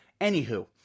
Anywho